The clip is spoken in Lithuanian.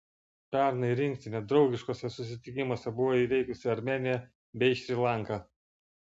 pernai rinktinė draugiškuose susitikimuose buvo įveikusi armėniją bei šri lanką